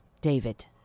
David